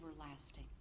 everlasting